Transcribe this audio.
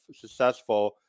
successful